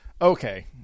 Okay